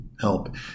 help